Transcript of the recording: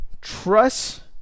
trust